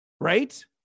right